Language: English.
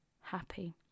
happy